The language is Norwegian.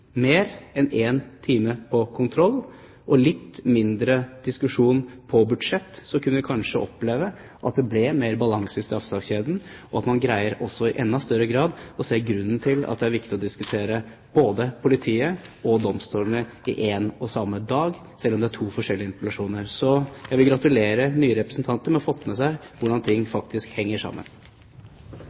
mer enn en time på kontroll og litt mindre diskusjon på budsjett, kunne vi kanskje oppleve at det ble mer balanse i straffesakskjeden, og at man greide i enda større grad å se grunnen til at det er viktig å diskutere både politiet og domstolene på én og samme dag, selv om det er to forskjellige interpellasjoner. Så jeg vil gratulere nye representanter med å ha fått med seg hvordan ting faktisk henger sammen.